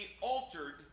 altered